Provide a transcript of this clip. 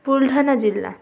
बुलढाणा जिल्हा